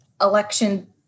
election